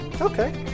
Okay